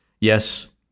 yes